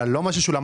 לא מה ששולם.